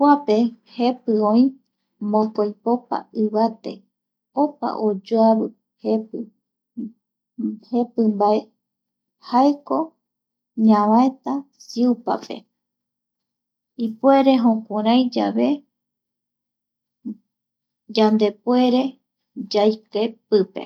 Kuape jepi, oi mokopopa ivate, opa oyoavi jepi, jepi mbae jaeko ñavaeta siupa pe, ipuere jukuraiyave(pausa)yandepuere yaike pipe